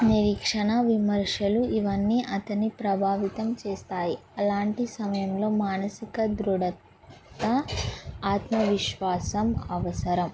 నిరీక్షణ విమర్శలు ఇవన్నీ అతని ప్రభావితం చేస్తాయి అలాంటి సమయంలో మానసిక దృఢత ఆత్మవిశ్వాసం అవసరం